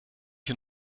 you